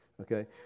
okay